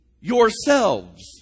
yourselves